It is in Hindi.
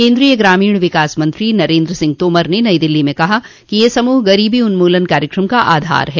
केन्द्रीय ग्रामीण विकास मंत्री नरेन्द्र सिंह तोमर ने नई दिल्ली में कहा कि यह समूह गरीबी उन्मूलन कार्यक्रम का आधार है